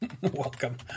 welcome